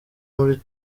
muri